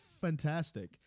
fantastic